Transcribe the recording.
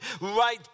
right